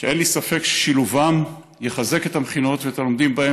ואין לי ספק ששילובם יחזק את המכינות ואת הלומדים בהן